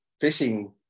fishing